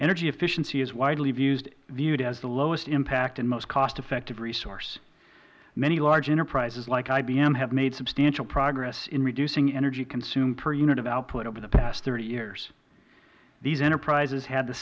energy efficiency is widely viewed as the lowest impact and most cost effective resource many large enterprises like ibm have made substantial progress in reducing energy consumed per unit of output over the past thirty years these enterprises had the